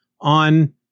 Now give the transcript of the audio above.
on